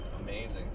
Amazing